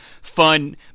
fun